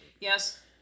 Yes